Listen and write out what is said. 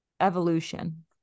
evolution